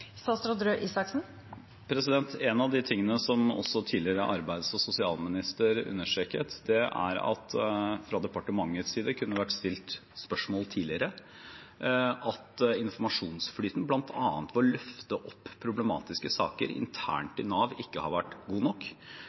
En av de tingene som også tidligere arbeids- og sosialminister understreket, er at det fra departementets side kunne vært stilt spørsmål tidligere, og at informasjonsflyten bl.a. ved å løfte opp problematiske saker internt i Nav ikke har vært god nok.